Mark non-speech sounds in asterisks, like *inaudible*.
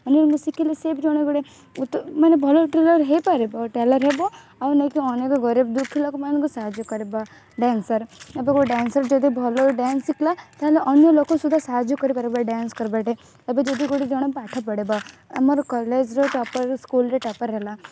ମୁଁ *unintelligible* ଶିଖିଲି ସେ ବି ଜଣେ ଗୋଟେ *unintelligible* ମାନେ ଭଲ ଟେଲର୍ ହେଇପାରେ *unintelligible* ଟେଲର୍ ହେବ ଆଉ *unintelligible* ଅନେକ ଘରେ ଦୁଃଖୀ ଲୋକମାନଙ୍କୁ ସାହାଯ୍ୟ କରିବ ଡ୍ୟାନ୍ସର ଏବେକୁ ଡ୍ୟାନ୍ସର ଯଦି ଭଲ ଡ୍ୟାନ୍ସ ଶିଖିଲା ତା'ହେଲେ ଅନ୍ୟ ଲୋକ ସୁଧା ସାହାଯ୍ୟ କରିବାର ଡ୍ୟାନ୍ସ *unintelligible* ଏବେ ଯଦି ଗୋଟେ ଜଣେ ପାଠ ପଢ଼ିବ ଆମର କଲେଜର ଟପ୍ପର୍ ସ୍କୁଲରେ ଟପ୍ପର୍ ହେଲା